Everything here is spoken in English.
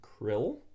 Krill